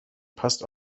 passt